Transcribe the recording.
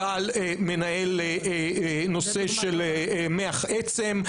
צה"ל מנהל נושא של מח עצם.